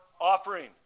offering